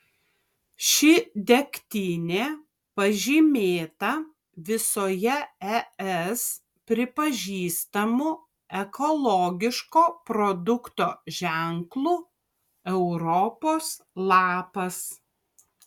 ši degtinė pažymėta visoje es pripažįstamu ekologiško produkto ženklu europos lapas